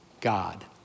God